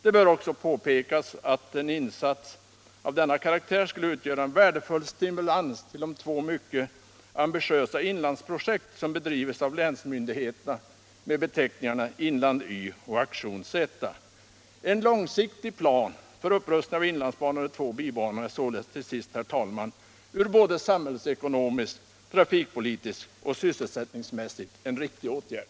Det bör också påpekas att en insats av denna karaktär skulle utgöra en värdefull stimulans till de två mycket ambitiösa inlandsprojekt som bedrivs av länsmyndigheterna under beteckningarna Inland Y och Aktion Tu En långsiktig plan för upprustning av inlandsbanan och de två bibanorna är således, herr talman, både samhällsekonomiskt, trafikpolitiskt och sysselsättningsmässigt en riktig åtgärd.